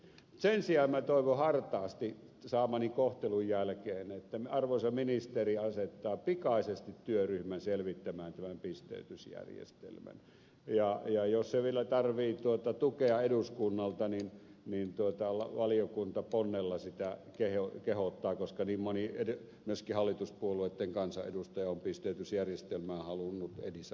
sen sijaan minä toivon hartaasti saamani kohtelun jälkeen että arvoisa ministeri asettaa pikaisesti työryhmän selvittämään tämän pisteytysjärjestelmän ja jos se vielä tarvitsee tukea eduskunnalta valiokunta ponnella sitä kehottaa koska niin moni myöskin hallituspuolueitten kansanedustaja on pisteytysjärjestelmää halunnut edesauttaa